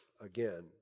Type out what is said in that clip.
again